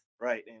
right